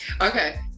Okay